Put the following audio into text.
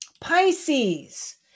Pisces